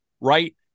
right